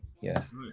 yes